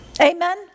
Amen